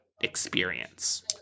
experience